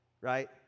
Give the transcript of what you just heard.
right